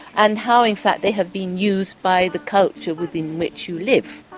and how in fact they have been used by the culture within which you live.